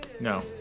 No